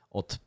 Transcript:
od